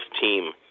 team